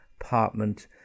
apartment